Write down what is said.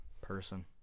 person